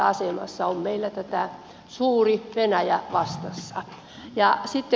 meillä on tämä suuri venäjä vastassa